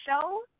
show